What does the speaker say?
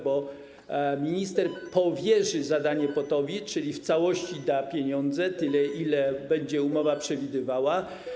Bo minister powierzy zadanie POT-owi, czyli w całości da pieniądze, ile będzie umowa przewidywała.